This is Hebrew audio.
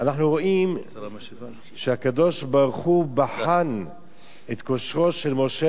אנחנו רואים שהקדוש-ברוך-הוא בחן את כושרו של משה